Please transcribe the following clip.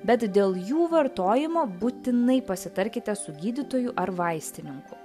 bet dėl jų vartojimo būtinai pasitarkite su gydytoju ar vaistininku